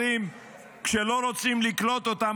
כשלא רוצים לקלוט אותה,